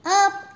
up